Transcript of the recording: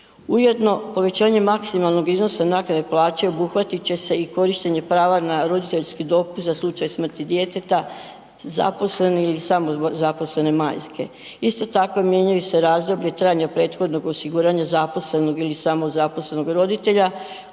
Ujedno povećanje maksimalnog iznosa naknade plaće obuhvatit će se i korištenje prava na roditeljski dopust za slučaj smrti djeteta zaposlene ili samozaposlene majke. Isto tako mijenjaju se razdoblje trajanja prethodnog osigurana zaposlenog ili samozaposlenog roditelja